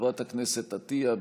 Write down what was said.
חברת הכנסת עטייה,